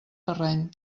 terreny